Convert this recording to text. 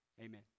amen